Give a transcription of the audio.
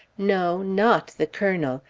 no, not the colonel.